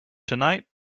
tonight